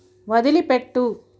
వదిలిపెట్టు